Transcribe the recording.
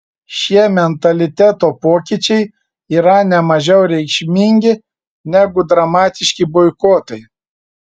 šie mentaliteto pokyčiai yra ne mažiau reikšmingi negu dramatiški boikotai